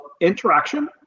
interaction